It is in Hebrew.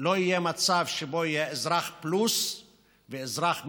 לא יהיה מצב שבו יהיה אזרח פלוס ואזרח מינוס,